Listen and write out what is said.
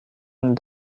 and